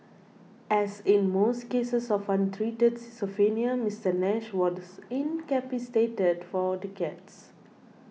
as in most cases of untreated schizophrenia Mister Nash was incapacitated for decades